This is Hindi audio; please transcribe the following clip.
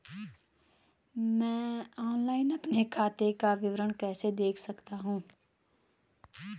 मैं ऑनलाइन अपने खाते का विवरण कैसे देख सकता हूँ?